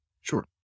Sure